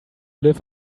live